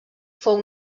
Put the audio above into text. fou